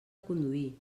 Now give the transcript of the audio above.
conduir